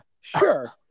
sure